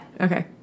okay